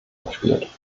abspielt